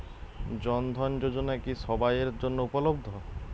জন ধন যোজনা কি সবায়ের জন্য উপলব্ধ?